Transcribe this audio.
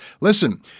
Listen